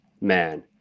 man